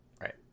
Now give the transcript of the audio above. right